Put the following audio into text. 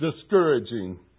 Discouraging